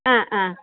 ആ ആ